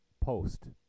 post